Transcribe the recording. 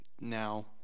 now